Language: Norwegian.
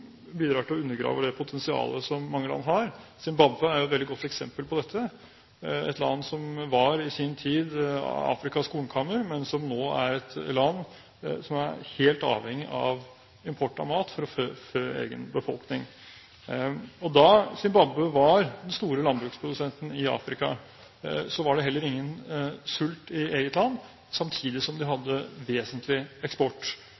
bidrar til å undergrave det potensialet som mange land har. Zimbabwe er et veldig godt eksempel på dette, et land som i sin tid var Afrikas kornkammer, men som nå er et land som er helt avhengig av import av mat for å fø egen befolkning. Da Zimbabwe var den store produsenten av landbruksprodukter i Afrika, var det heller ingen sult i eget land, samtidig som de hadde vesentlig eksport,